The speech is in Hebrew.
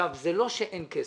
זה לא שאין כסף.